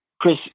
Chris